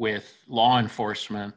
with law enforcement